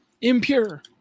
impure